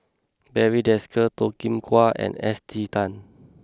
Barry Desker Toh Kim Hwa and Esther Tan